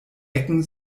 ecken